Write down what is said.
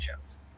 shows